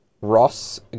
Ross